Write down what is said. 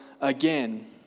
again